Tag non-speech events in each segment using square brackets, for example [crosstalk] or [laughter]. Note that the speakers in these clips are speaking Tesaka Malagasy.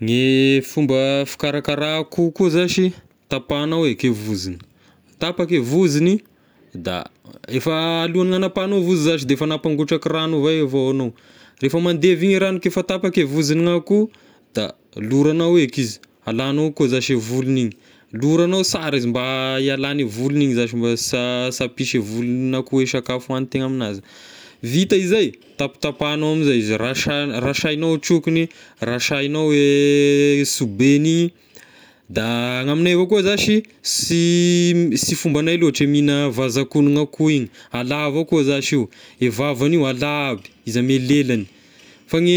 Ny fomba fikaraka akoho koa zashy tapahignao eky e voziny, tapaky e voziny da efa alohan'ny anapahignao vozigny zashy de efa nampangotra ragno avy eo avao, refa mandevy igny ragno ka efa e vozin'ny akoho, da loragnao eky izy alagnao koa zashy e vologny igny, loragnao sara izy mba hiala ny volony igny zashy mba sha sy ampisy volon'akoho e sakafo hoanitegna aminazy, vita izay tapitapahignao amizay rasa- rasaignao trokiny, rasaignao [hesitation] e sobeagny igny, da ny amignay avao koa zashy sy sy fombagnay loatra mihigna vazakon'ny akoho igny, ala avao koa zashy io, e vavany io ala aby izy ame lelagny, fa ny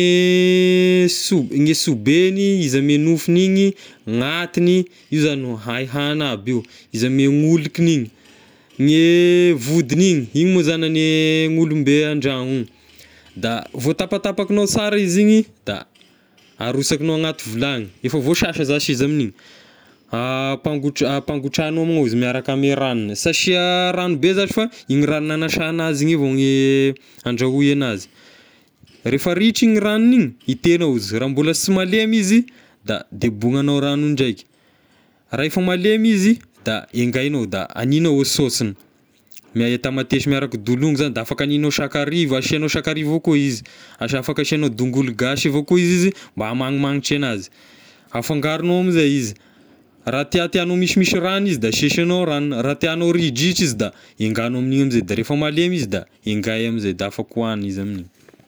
so- ny sobeagny izy ame nofony igny, ny atigny io zagny hay hagny aby io, izy ame molokigny igny, gne vodiny igny, igny moa zagny agne olom-be an-dragno ao, da voatapatapakagnao sara izy igny da arosakignao anaty vilagny efa voasasa zashy izy amin'igny, [hesitation] ampangotra- ampangotrahignao moa izy miaraka ame ragnony, sy asia ragno be zashy fa igny ragno nanasagna azy igny avao ny handrahoy anazy, rehefa ritra igny ragnony igny hitegnao izy, raha mbola sy malemy izy da debognanao ragno indraiky, raha efa malemy izy da haingaignao da hangiagnao sôsiny [noise] mia- tamatesy miaraly dolongo zagny da afaky haninao sakarivo, asiagnao sakarivo avao koa izy, asia afaka asiagnao dongolo gasy avao koa izy mba hamagnimanitra anazy, afangarognao amizay izy, raha tiatiagnao misimisy ragno izy da asisiagnao ragnony, raha tiagnao ridritra izy da haingagnao amign'io amizay da rehefa malemy izy da haingay amizay da afaky hohagny izy ame igny.